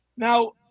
Now